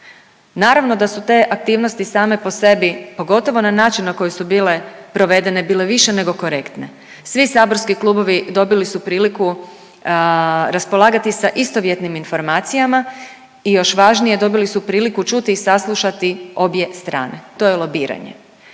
Naravno da su te aktivnosti same po sebi pogotovo na način na koji su bile provedene bile više nego korektne. Svi saborski klubovi dobili su priliku raspolagati sa istovjetnim informacijama i još važnije dobili su priliku raspolagati sa istovjetnim